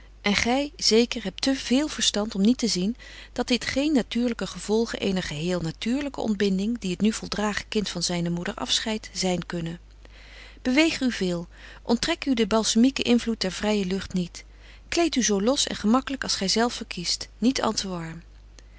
en gy zeker hebt te véél verstand om niet te zien dat dit geen natuurlyke gevolgen eener geheel natuurlyke ontbinding die het nu voldragen kind van zyne moeder afscheidt zyn kunnen beweeg u veel onttrek u den balsemieken invloed der vrye lucht niet kleedt u zo los en gemaklyk als gy zelf verkiest niet